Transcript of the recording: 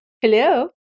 hello